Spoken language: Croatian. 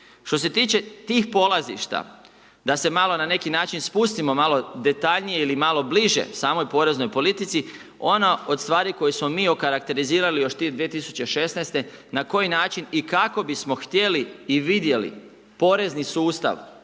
Što se tiče tih polazišta, da se malo na neki način spustimo malo detaljnije ili malo bliže samoj poreznoj politici, ono od stvari koje smo mi okarakterizirali još 2016. na koji način i kako bismo htjeli i vidjeli porezni sustav